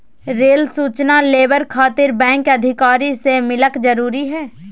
Rail सूचना labour खातिर bank अधिकारी से मिलक जरूरी है?